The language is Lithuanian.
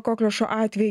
kokliušo atvejų